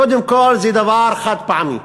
קודם כול, זה דבר חד פעמי,